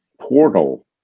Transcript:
portal